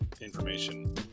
Information